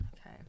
Okay